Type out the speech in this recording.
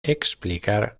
explicar